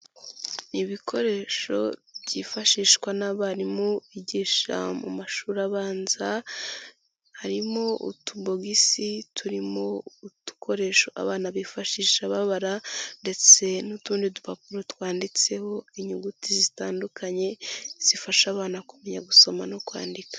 Ibikoresho byifashishwa n'abarimu bigisha mu mashuri abanza, harimo utubogisi turimo udukoresho abana bifashisha babara ndetse n'utundi dupapuro twanditseho inyuguti zitandukanye zifasha abana kumenya gusoma no kwandika.